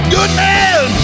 Goodman